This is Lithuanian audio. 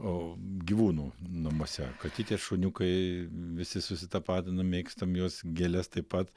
o gyvūnų namuose katytės šuniukai visi susitapatinam mėgstam juos gėles taip pat